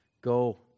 Go